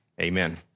Amen